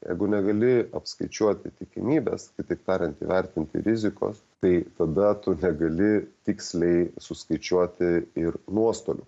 jeigu negali apskaičiuoti tikimybės kitaip tariant įvertinti rizikos tai tada tu negali tiksliai suskaičiuoti ir nuostolių